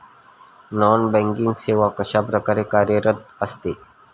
Non banking सेवा कशाप्रकारे कार्यरत असते?